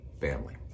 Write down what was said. family